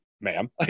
ma'am